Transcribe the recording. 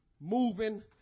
moving